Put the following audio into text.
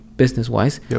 business-wise